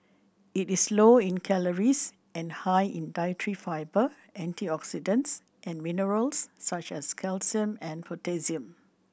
it is low in calories and high in dietary fibre antioxidants and minerals such as calcium and potassium